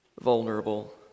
vulnerable